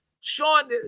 Sean